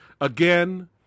Again